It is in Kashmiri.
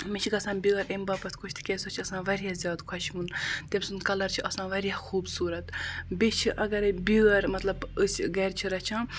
مےٚ چھِ گژھان بیٛٲر اَمہِ باپَتھ خۄش تِکیازِ سۄ چھِ آسان واریاہ زیادٕ خۄشوُن تٔمۍ سُنٛد کَلَر چھُ آسان واریاہ خوٗبصوٗرت بیٚیہِ چھِ اگرَے بیٛٲر مطلب أسۍ گَرِ چھِ رَچھان